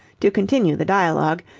to continue the dialogue,